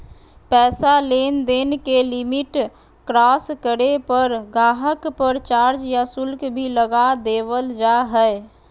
पैसा लेनदेन के लिमिट क्रास करे पर गाहक़ पर चार्ज या शुल्क भी लगा देवल जा हय